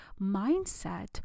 mindset